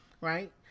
Right